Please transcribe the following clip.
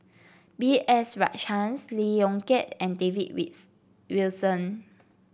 B S Rajhans Lee Yong Kiat and David Wilson